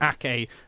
Ake